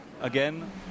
again